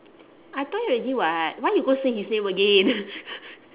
I tell you already [what] why you go say his name again